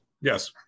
Yes